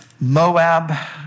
Moab